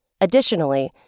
Additionally